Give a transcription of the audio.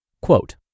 Quote